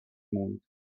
موند